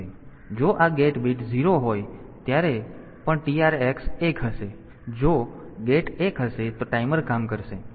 તેથી જો આ ગેટ બીટ 0 હોય તો આ જ્યારે પણ TR x એક હશે અને જો ગેટ એક હશે તો ટાઈમર કામ કરશે